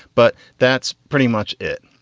but that's pretty much it.